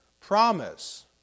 promise